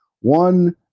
One